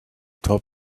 top